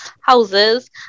houses